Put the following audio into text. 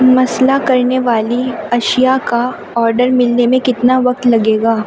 مسالہ کرنے والی اشیا کا آڈر ملنے میں کتنا وقت لگے گا